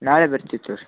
ನಾಳೆ ಬರ್ತೀವಿ ತರ್